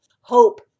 hope